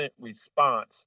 response